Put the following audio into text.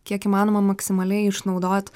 kiek įmanoma maksimaliai išnaudot